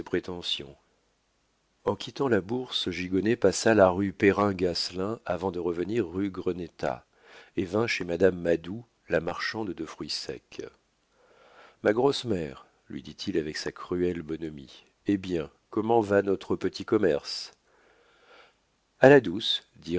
en quittant la bourse gigonnet passa la rue perrin gasselin avant de revenir rue grenétat et vint chez madame madou la marchande de fruits secs ma grosse mère lui dit-il avec sa cruelle bonhomie eh bien comment va notre petit commerce a la